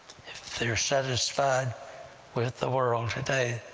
if they're satisfied with the world today,